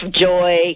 joy